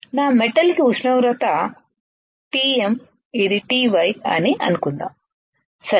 నా మెటల్ కి ఉష్ణోగ్రత TM ఇది TY అనిఅనుకుందాం సరే